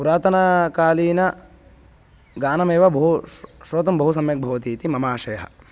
पुरातनाकालीनगानमेव बहु श् श्रोतुं बहु सम्यक् भवति इति मम आशयः